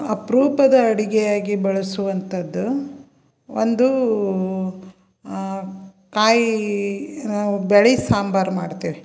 ಅಪರೂಪದ ಅಡುಗೆ ಆಗಿ ಬಳಸುವಂಥದ್ದು ಒಂದು ಕಾಯಿ ನಾವು ಬೇಳಿ ಸಾಂಬಾರು ಮಾಡ್ತೀವಿ